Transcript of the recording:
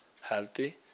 healthy